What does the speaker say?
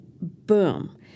boom